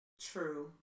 True